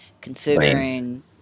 Considering